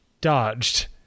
dodged